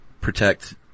protect